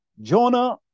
Jonah